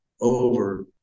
over